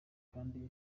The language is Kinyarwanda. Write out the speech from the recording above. kandi